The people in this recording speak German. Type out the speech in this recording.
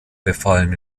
befallen